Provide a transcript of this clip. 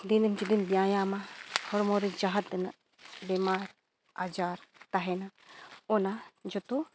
ᱫᱤᱱ ᱡᱩᱫᱤᱢ ᱵᱮᱭᱟᱢᱟ ᱦᱚᱲᱢᱚᱨᱮ ᱡᱟᱦᱟᱸᱛᱤᱱᱟᱹᱜ ᱵᱮᱢᱟᱨ ᱟᱡᱟᱨ ᱛᱟᱦᱮᱱᱟ ᱚᱱᱟ ᱡᱚᱛᱚ